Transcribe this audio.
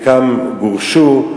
חלקם גורשו.